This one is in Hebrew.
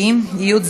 נתקבלה.